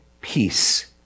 peace